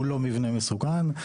והוא לא מבנה מסוכן.